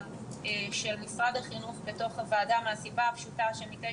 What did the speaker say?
לא נמצאים כרגע נציגים של משרד החינוך בוועדה משום שמהשעה